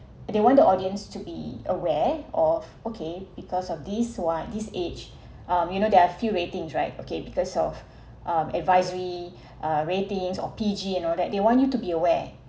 they want the audience to be aware of okay because of these one this age um you know there are few ratings right okay because of um advisory uh ratings or P_G you know that they want you to be aware